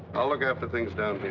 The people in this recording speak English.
i'll look after things down